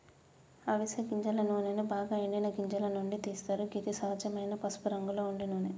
అవిస గింజల నూనెను బాగ ఎండిన గింజల నుండి తీస్తరు గిది సహజమైన పసుపురంగులో ఉండే నూనె